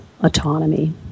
autonomy